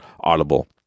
Audible